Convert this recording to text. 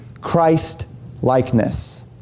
Christ-likeness